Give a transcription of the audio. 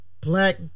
black